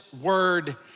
word